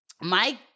Mike